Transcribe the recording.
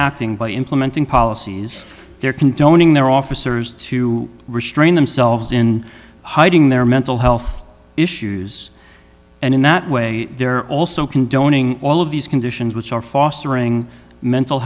acting by implementing policies they're condoning their officers to restrain themselves in hiding their mental health issues and in that way they're also condoning all of these conditions which are fostering mental